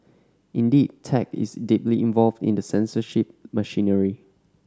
indeed tech is deeply involved in the censorship machinery